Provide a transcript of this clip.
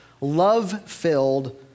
love-filled